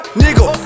nigga